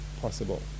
possible